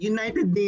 United